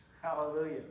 Hallelujah